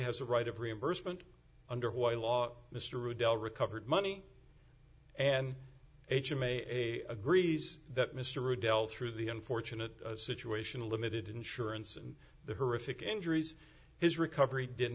has a right of reimbursement under y law mr o'dell recovered money and h m a agrees that mr o'dell through the unfortunate situation limited insurance and the horrific injuries his recovery did